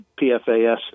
PFAS